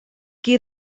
qui